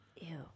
Ew